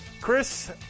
Chris